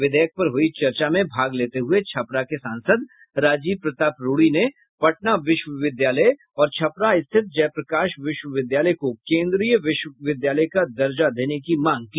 विधेयक पर हुयी चर्चा में भाग लेते हुये छपरा के सांसद राजीव प्रताप रूढ़ी ने पटना विश्वविद्यालय और छपरा स्थित जयप्रकाश विश्वविद्यालय को केंद्रीय विश्वविद्यालय का दर्जा देने की मांग की